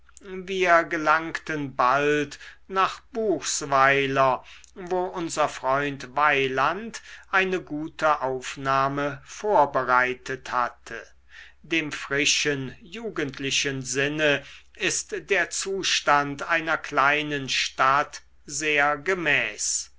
wir gelangten bald nach buchsweiler wo uns freund weyland eine gute aufnahme vorbereitet hatte dem frischen jugendlichen sinne ist der zustand einer kleinen stadt sehr gemäß